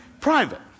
private